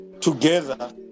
together